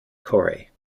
cory